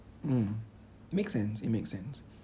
mm makes sense it makes sense